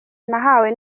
nahawe